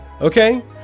Okay